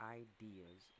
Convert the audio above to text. ideas